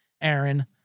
Aaron